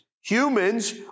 Humans